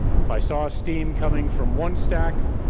if i saw steam coming from one stack,